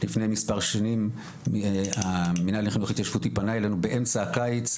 לפני מס' שנים המינהל לחינוך התיישבותי פנה אלינו באמצע הקיץ,